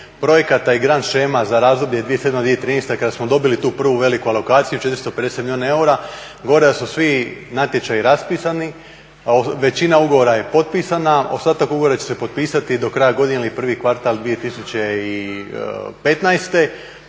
projekata i grand shema za razdoblje 2007.-2013., kada smo dobili tu prvu veliku alokaciju 450 milijuna eura, govore da su svi natječaji raspisani, većina ugovora je potpisana, ostatak ugovora će se potpisati do kraja godine ili prvi kvartal 2015.